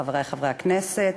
חברי חברי הכנסת,